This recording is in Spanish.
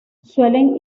suelen